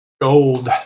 Gold